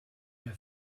her